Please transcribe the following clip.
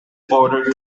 bordered